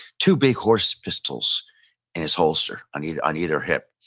two big horse pistols in his holster, on either on either hip.